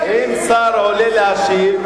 אם שר עולה להשיב,